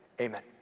Amen